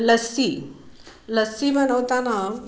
लस्सी लस्सी बनवताना